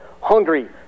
Hungry